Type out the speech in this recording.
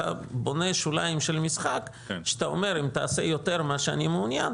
אתה בונה שוליים של משחק שאתה אומר: אם תעשה יותר ממה שאני מעוניין,